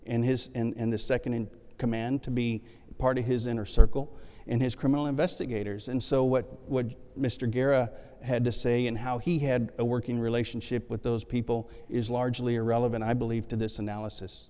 and his and the second in command to be part of his inner circle and his criminal investigators and so what would mr guera had to say and how he had a working relationship with those people is largely irrelevant i believe to this analysis